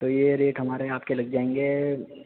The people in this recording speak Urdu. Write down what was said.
تو یہ ریٹ ہمارے آپ کے لگ جائیں گے